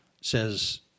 says